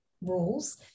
rules